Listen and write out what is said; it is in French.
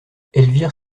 elvire